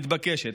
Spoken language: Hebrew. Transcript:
ומתבקשת.